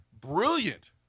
brilliant